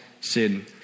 sin